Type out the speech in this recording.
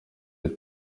ati